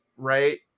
right